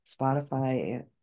Spotify